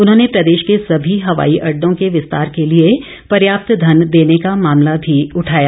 उन्होंने प्रदेश के सभी हवाई अड़डों के विस्तार के लिए पर्याप्त धन देने का मामला भी उठाया